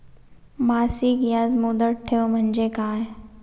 मासिक याज मुदत ठेव म्हणजे काय?